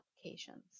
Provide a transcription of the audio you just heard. applications